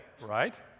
right